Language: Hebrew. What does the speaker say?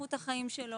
באיכות החיים שלו,